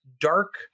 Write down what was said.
dark